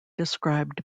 described